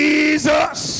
Jesus